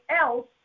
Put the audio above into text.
else